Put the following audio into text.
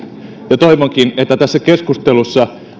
ja toivonkin että tässä keskustelussa